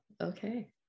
okay